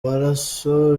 maraso